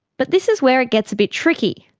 but this is where it gets a bit tricky.